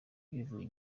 bivuye